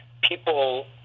people